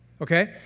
okay